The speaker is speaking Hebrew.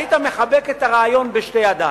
היית מחבק את הרעיון בשתי ידיים.